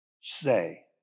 say